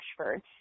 Ashford